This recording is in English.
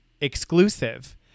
exclusive